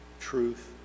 truth